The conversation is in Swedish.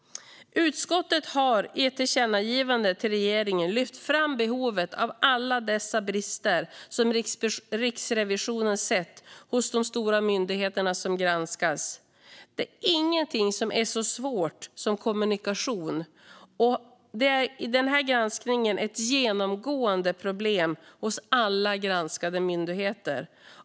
Utskottet har i ett tillkännagivande till regeringen lyft fram behovet av att åtgärda alla dessa brister som Riksrevisionen sett hos de stora myndigheter som granskats. Det är inget som är så svårt som kommunikation, och det är i denna granskning ett genomgående problem hos alla granskade myndigheter.